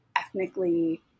ethnically